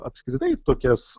apskritai tokias